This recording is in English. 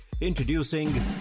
Introducing